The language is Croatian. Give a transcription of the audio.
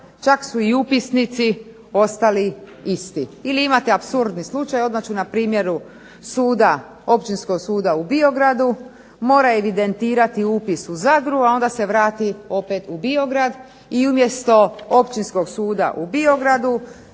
čak su i upisnici ostali isti. Ili imate apsurdni slučaj, odmah ću na primjeru suda, općinskog suda u Biogradu, mora evidentirati upis u Zadru, a onda se vrati opet u Biograd, i umjesto Općinskog suda u Biogradu,